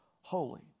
holy